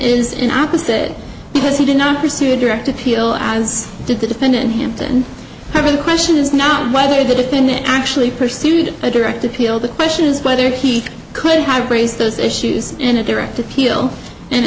is in opposite because he did not pursue direct appeal as did the defendant hampton i mean the question is not whether the defendant actually pursued a direct appeal the question is whether he could have raised those issues in a direct appeal